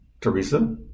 Teresa